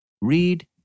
Read